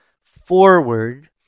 forward